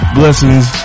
blessings